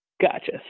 Gotcha